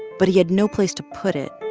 but he had no place to put it,